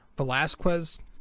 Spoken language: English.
Velasquez